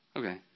Okay